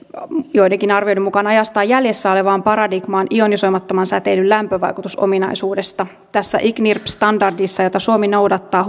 joidenkin arvioiden mukaan ajastaan jäljessä olevaan paradigmaan ionisoimattoman säteilyn lämpövaikutusominaisuudesta tässä icnirp standardissa jota suomi noudattaa